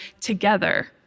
together